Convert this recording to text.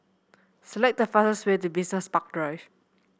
select the fastest way to Business Park Drive